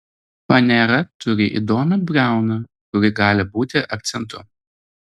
fanera turi įdomią briauną kuri gali būti akcentu